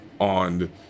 on